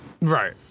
Right